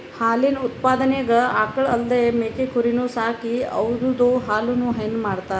ಹಾಲಿನ್ ಉತ್ಪಾದನೆಗ್ ಆಕಳ್ ಅಲ್ದೇ ಮೇಕೆ ಕುರಿನೂ ಸಾಕಿ ಅವುದ್ರ್ ಹಾಲನು ಹೈನಾ ಮಾಡ್ತರ್